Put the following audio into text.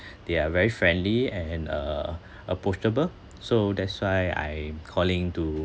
they are very friendly and uh approachable so that's why I'm calling to